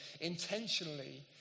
intentionally